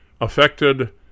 affected